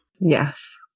Yes